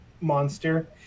monster